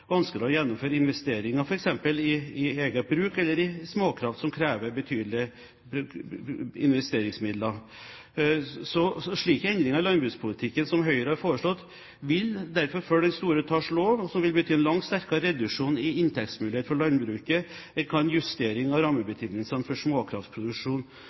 å gjennomføre investeringer, f.eks. i eget bruk, eller i småkraft, som krever betydelig investeringsmidler. Så slike endringer av landbrukspolitikken som Høyre har foreslått, vil derfor følge de store talls lov, som vil bety langt sterkere reduksjon i inntektsmulighetene for landbruket enn hva en justering av